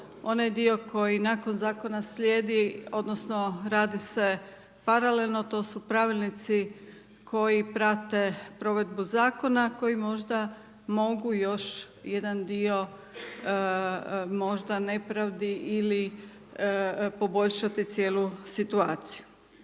onaj dio koji nakon zakona slijedi odnosno, radi se paralelno, to su pravilnici, koji prate provedbu zakona, koji možda još jedan dio, možda nepravdi ili poboljšati cijelu situaciju.